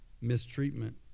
mistreatment